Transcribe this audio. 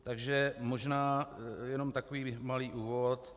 Takže možná jen takový malý úvod.